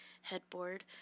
headboard